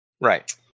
Right